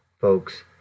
folks